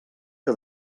que